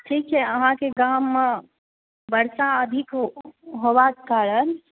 ठीक छै अहाँके गाममे वर्षा अधिक होबाक कारण